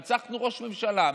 רצחנו ראש ממשלה,